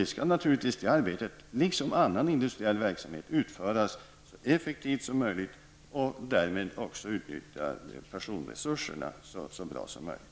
Det arbetet liksom all annan industriell verksamhet skall naturligtvis utföras så effektivt som möjligt. Därmed skall också de personella resurserna utnyttjas så bra som möjligt.